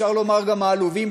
אפשר לומר גם העלובים,